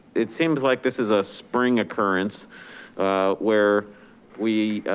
it seems like this is a spring occurrence where we,